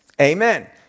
Amen